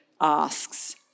asks